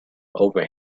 over